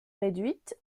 réduite